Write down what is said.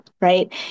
Right